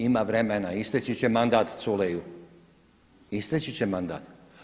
Ima vremena, isteći će mandat Culeju, isteći će mandat.